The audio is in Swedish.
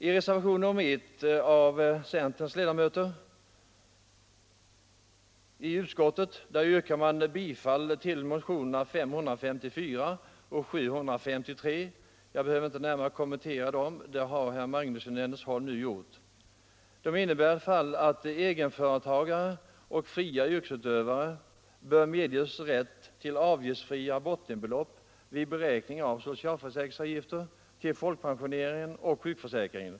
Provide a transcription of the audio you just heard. I reservationen 1, som avgivits av centerledamöterna i utskottet, yrkas bifall till motionerna 554 och 733. Jag behöver inte närmare kommentera dessa motioner — det har herr Magnusson i Nennesholm nyss gjort. Motionerna innebär emellertid att egenföretagare och fria yrkesutövare bör medges rätt till ett avgiftsfritt bottenbelopp vid beräkning av avgifter till folkpensioneringen och sjukförsäkringen.